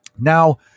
Now